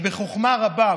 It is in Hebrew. ובחוכמה רבה,